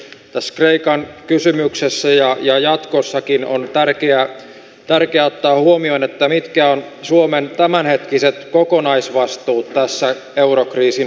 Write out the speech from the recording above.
tässä kreikan kysymyksessä ja jatkossakin on tärkeää ottaa huomioon mitkä ovat suomen tämänhetkiset kokonaisvastuut tässä eurokriisin hoidossa